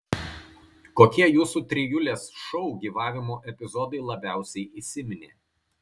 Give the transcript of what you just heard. kokie jūsų trijulės šou gyvavimo epizodai labiausiai įsiminė